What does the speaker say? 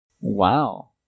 wow